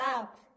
up